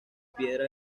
piedra